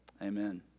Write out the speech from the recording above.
Amen